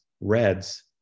Reds